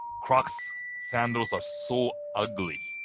crocs sandals are so ugly.